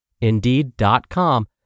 Indeed.com